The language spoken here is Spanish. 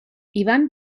ivan